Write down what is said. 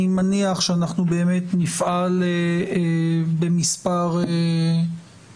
אני מניח שאנחנו באמת נפעל במספר שלבים,